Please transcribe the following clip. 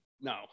No